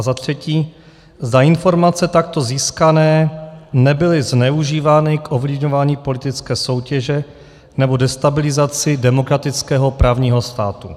za třetí, zda informace takto získané nebyly zneužívány k ovlivňování politické soutěže nebo destabilizaci demokratického právního státu.